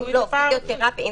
עיסוי זה פרא-רפואי.